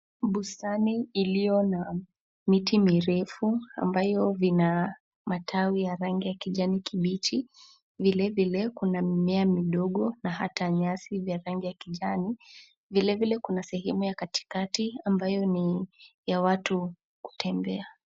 Bustani iliyo na miti mirefu ambayo ina matawi ya rangi ya kijani kibichi, vile vile kuna mimea midogo na hata nyasi za rangi ya kijani. Vile vile kuna sehemu ya katikati ambayo ni ya watu kutembea.